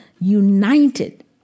united